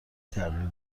تغییر